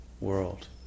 world